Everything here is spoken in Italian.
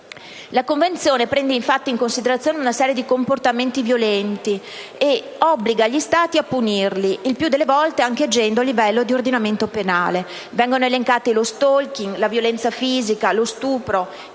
La Convenzione prende infatti in considerazione una serie di comportamenti violenti nei confronti delle donne e obbliga gli Stati a punirli, il più delle volte anche agendo a livello di ordinamento penale; vengono elencati lo *stalking*, la violenza fisica, lo stupro,